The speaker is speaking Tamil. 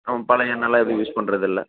நம்ம பழைய எண்ணெயெலாம் எதுவும் யூஸ் பண்ணுறதில்ல